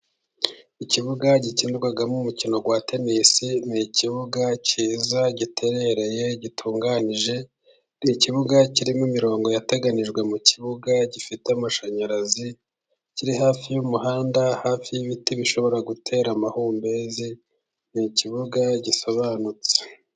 Ikibuga gikinirwamo umukino wa tenisi, ni ikibuga cyiza, giterereye, gitunganije, ni ikibuga kirimo imirongo yateganijwe mu ikibuga, gifite amashanyarazi, kiri hafi y'umuhanda, hafi y'ibiti bishobora gutera amahumbezi, ni ikibuga gisobanutse.